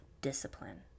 Discipline